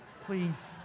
Please